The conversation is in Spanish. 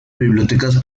bibliotecas